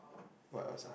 what else ah